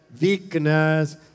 weakness